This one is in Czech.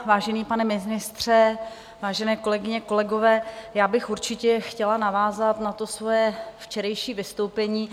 Vážený pane ministře, vážené kolegyně, kolegové, já bych určitě chtěla navázat na svoje včerejší vystoupení.